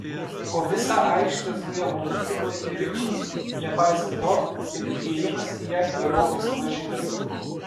po visą aikštę zuja motociklai ir rikšos nepaisant to kad įėjimas į ją gerokai suvaržytas